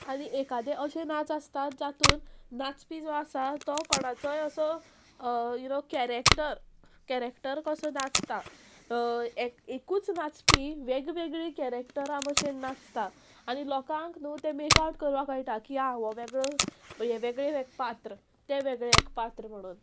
आनी एकादें अशें नाच आसतात जातून नाचपी जो आसा तो कोणाचोय असो यु नो कॅरेक्टर कॅरेक्टर कसो नाचता एकूच नाचपी वेगवेगळीं कॅरेक्टरां भशेन नाचता आनी लोकांक न्हू ते मेकआवट करपाक कळटा की आं हो वेगळो हे वेगळे पात्र ते वेगळे एक पात्र म्हणून